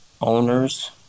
owners